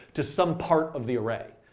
to some part of the array.